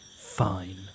Fine